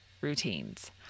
routines